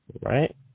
right